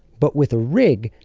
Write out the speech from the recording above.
but with a rig,